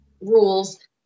rules